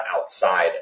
outside